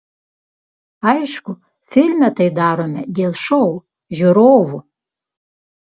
aišku filme tai darome dėl šou žiūrovų